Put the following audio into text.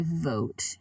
vote